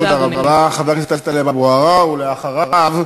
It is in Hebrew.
תודה, אדוני.